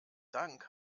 dank